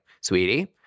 sweetie